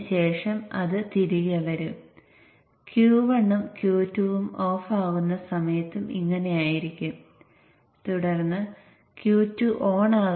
സെക്കൻഡറിയിൽ വരുന്നത് ഇപ്പോൾ n മടങ്ങ് Vin ആണ്